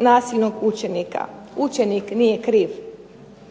nasilnog učenika. Učenik nije kriv,